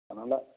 அதனால்